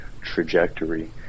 trajectory